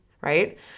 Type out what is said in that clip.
right